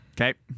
Okay